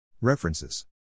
References